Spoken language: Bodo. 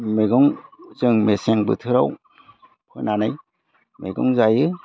मैगं जों मेसें बोथोराव फोनानै मैगं गायो